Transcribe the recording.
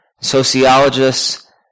sociologists